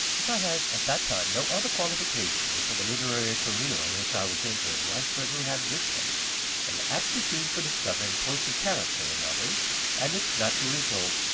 if i had at that time no other qualification for the literary career on which i was entering, i certainly had this one an aptitude for discovering points of character in others and its natural result,